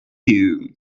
you